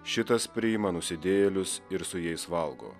šitas priima nusidėjėlius ir su jais valgo